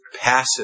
passive